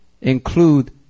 include